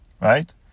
right